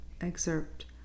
excerpt